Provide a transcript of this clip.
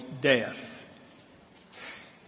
death